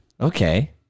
Okay